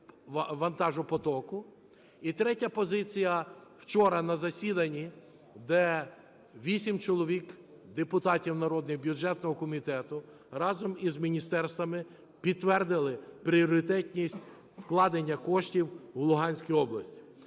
вантажопотоку. І третя позиція. Вчора на засіданні, де 8 чоловік, депутатів народних бюджетного комітету, разом із міністерствами підтвердили пріоритетність вкладення коштів у Луганській області.